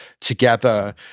together